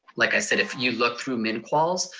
like i said, if you look through min-quals,